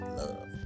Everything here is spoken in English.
love